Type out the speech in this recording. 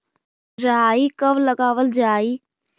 राई कब लगावल जाई?